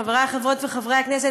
חבריי חברות וחברי הכנסת,